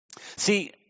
See